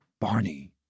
Barney